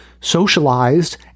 socialized